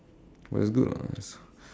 very good lah so